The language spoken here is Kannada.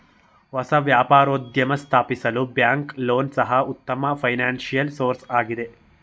ಹೊಸ ವ್ಯಾಪಾರೋದ್ಯಮ ಸ್ಥಾಪಿಸಲು ಬ್ಯಾಂಕ್ ಲೋನ್ ಸಹ ಉತ್ತಮ ಫೈನಾನ್ಸಿಯಲ್ ಸೋರ್ಸಸ್ ಆಗಿದೆ